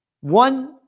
One